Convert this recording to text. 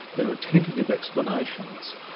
there are tentative explanations.